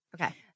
Okay